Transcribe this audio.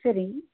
சரி